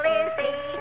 Lizzie